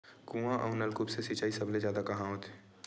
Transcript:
कुआं अउ नलकूप से सिंचाई सबले जादा कहां होथे?